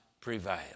prevail